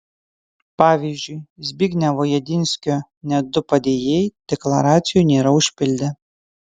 pavyzdžiui zbignevo jedinskio net du padėjėjai deklaracijų nėra užpildę